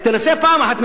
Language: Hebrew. פעם אחת.